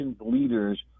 leaders